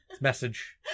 Message